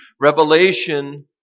Revelation